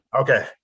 Okay